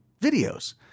videos